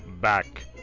back